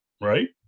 right